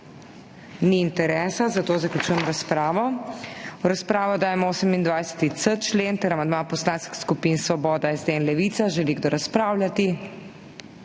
Ni interesa, zato zaključujem razpravo. V razpravo dajem 28.c člen ter amandma poslanskih skupin Svoboda, SD in Levica. Želi kdo razpravljati?